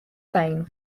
fame